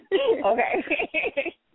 Okay